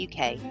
uk